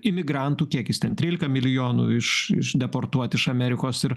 imigrantų kiekis ten trylika milijonų iš išdeportuoti iš amerikos ir